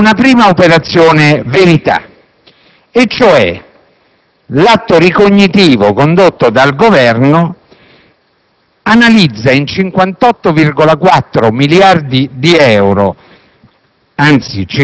Il primo è che il valore complessivo del programma decennale delle infrastrutture strategiche fosse sproporzionato rispetto alle coperture finanziarie possibili.